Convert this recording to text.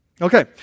Okay